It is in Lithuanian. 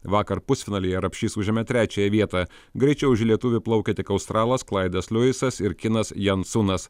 vakar pusfinalyje rapšys užėmė trečiąją vietą greičiau už lietuvį plaukė tik australas klaidas luisas ir kinas jansunas